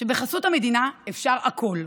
שבחסות המדינה אפשר הכול.